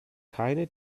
keine